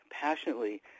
passionately